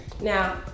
Now